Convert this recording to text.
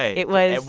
it was.